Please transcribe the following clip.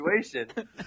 situation